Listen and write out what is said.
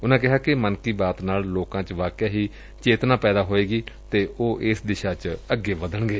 ਉਨਾਂ ਕਿਹਾ ਕਿ ਮਨ ਕੀ ਬਾਤ ਨਾਲ ਲੋਕਾਂ ਚ ਵਾਕਿਆ ਹੀ ਚੇਤਨਾ ਪੈਦਾ ਹੋਵੇਗੀ ਅਤੇ ਉਹ ਇਸ ਦਿਸਾ ਚ ਅੱਗੇ ਵਧਣਗੇ